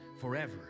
forever